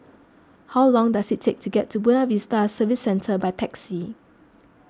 how long does it take to get to Buona Vista Service Centre by taxi